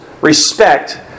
respect